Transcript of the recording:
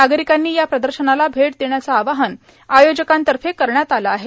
नागरिकांनी या प्रदर्शनास भेट देण्याचे आवाहन आयोजकातर्फे करण्यात आल आहे